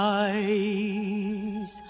eyes